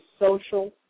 social